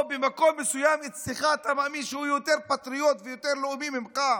או במקום מסוים אצלך אתה מאמין שהוא יותר פטריוט ויותר לאומי ממך,